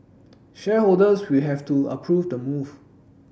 shareholders will have to approve the move